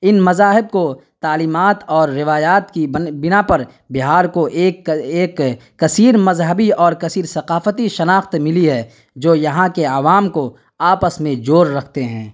ان مذاہب کو تعلیمات اور روایات کی بنا پر بہار کو ایک ایک کثیر مذہبی اور کثیر ثقافتی شناخت ملی ہے جو یہاں کے عوام کو آپس میں جوڑ رکھتے ہیں